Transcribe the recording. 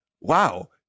Wow